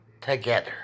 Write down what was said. together